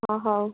ଓ ହଉ